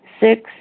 Six